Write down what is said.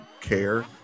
care